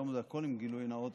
היום זה הכול עם גילוי נאות,